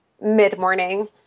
mid-morning